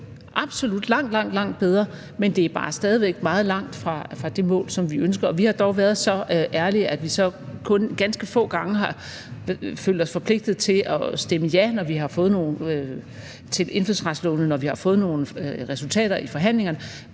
langt, langt bedre, men det er bare stadig væk meget langt fra det mål, som vi ønsker at nå. Og vi har dog været så ærlige, at vi så kun ganske få gange har følt os forpligtet til at stemme ja til indfødsretslovforslagene, når vi har fået nogle resultater i forhandlingerne.